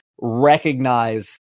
recognize